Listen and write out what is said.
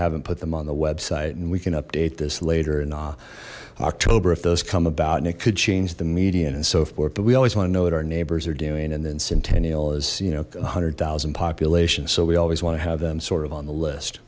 haven't put them on the website and we can update this later and ah october if those come about and it could change the median and so forth but we always want to know what our neighbors are doing and then centennial is you know a hundred thousand population so we always want to have them sort of on the list